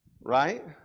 Right